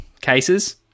cases